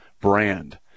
brand